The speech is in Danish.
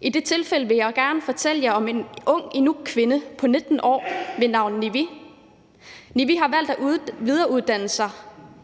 I den forbindelse vil jeg gerne fortælle jer om en ung inukkvinde på 19 år ved navn Nivi .Nivi har valgt at videreuddanne sig